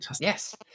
Yes